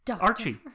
Archie